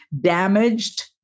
damaged